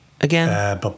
again